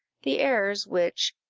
the errors which,